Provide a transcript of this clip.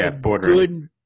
good